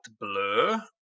blur